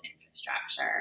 infrastructure